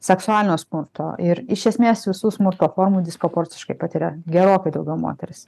seksualinio smurto ir iš esmės visų smurto formų disproporciškai patiria gerokai daugiau moterys